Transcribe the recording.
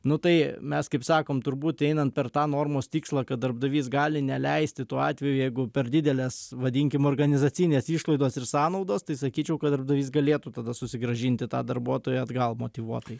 nu tai mes kaip sakom turbūt einant per tą normos tikslą kad darbdavys gali neleisti tuo atveju jeigu per didelės vadinkim organizacinės išlaidos ir sąnaudos tai sakyčiau kad darbdavys galėtų tada susigrąžinti tą darbuotoją atgal motyvuotai